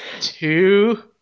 Two